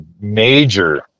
major